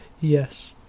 Yes